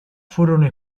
furono